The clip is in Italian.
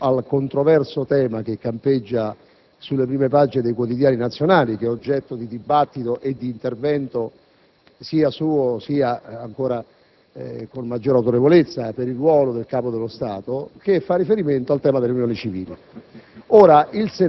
Mi riferisco al controverso tema, che campeggia sulle prime pagine dei quotidiani nazionali, che è oggetto di dibattito e di intervento sia suo sia, con ancora maggiore autorevolezza, per il ruolo, del Capo dello Stato, delle unioni civili.